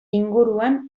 inguruan